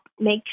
make